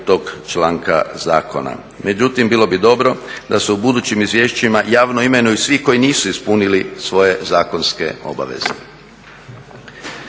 tog članka zakona. Međutim, bilo bi dobro da se u budućim izvješćima javno imenuju svi koji nisu ispunili svoje zakonske obaveze.